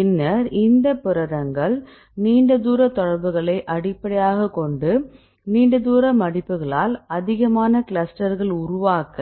பின்னர் இந்த புரதங்கள் நீண்ட தூர தொடர்புகளை அடிப்படையாகக் கொண்டு நீண்ட தூர மடிப்புகளால் அதிகமான கிளஸ்டர்கள் உருவாக்க